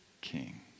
king